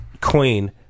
Queen